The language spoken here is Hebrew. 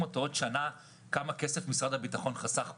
בעוד שנה כמה כסף משרד הביטחון חסך פה.